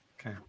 Okay